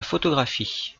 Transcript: photographie